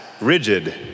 rigid